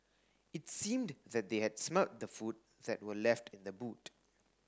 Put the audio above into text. its seemed that they had smelt the food that were left in the boot